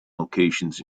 locations